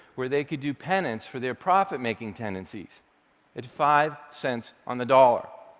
where they could do penance for their profit-making tendencies at five cents on the dollar.